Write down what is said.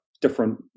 different